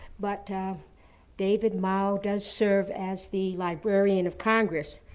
but david mao does serve as the librarian of congress,